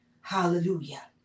Hallelujah